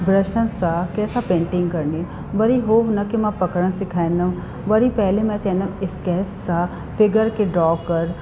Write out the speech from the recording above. ब्रशनि सां कंहिंसां पेंटिंग करिणी वरी हो हुनखे मां पकिरण सेखारींदमि वरी पहिरीं मां चहींदमि स्केच सां फ़िगर खे ड्रॉ कर